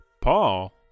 Paul